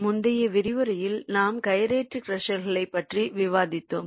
முந்தைய விரிவுரையில் நாம் கைரேட்டரி க்ரஷர்களைப் பற்றி விவாதித்தோம்